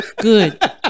good